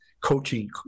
coaching